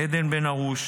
עדן בן ארוש,